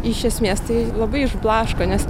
iš esmės tai labai išblaško nes